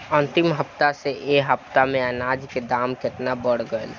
अंतिम हफ्ता से ए हफ्ता मे अनाज के दाम केतना बढ़ गएल?